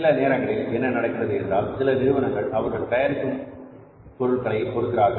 சில நேரங்களில் என்ன நடக்கிறது என்றால் சில நிறுவனங்கள் அவர்கள் தயாரிக்கும் பொருட்களை கொடுக்கிறார்கள்